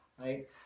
right